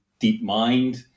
DeepMind